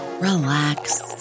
relax